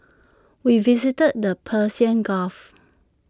we visited the Persian gulf